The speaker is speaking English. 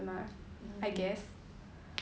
mm